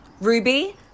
Ruby